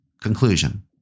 conclusion